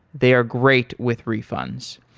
they are great with refunds.